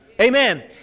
Amen